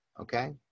Okay